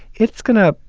it's going to,